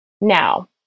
Now